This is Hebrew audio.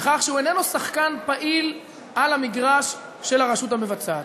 בכך שהוא איננו שחקן פעיל על המגרש של הרשות המבצעת.